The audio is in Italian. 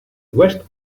west